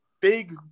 big